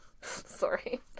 sorry